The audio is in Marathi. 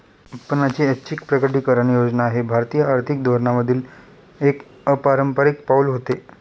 उत्पन्नाची ऐच्छिक प्रकटीकरण योजना हे भारतीय आर्थिक धोरणांमधील एक अपारंपारिक पाऊल होते